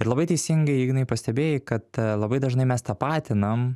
ir labai teisingai ignai pastebėjai kad labai dažnai mes tapatinam